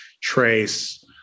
Trace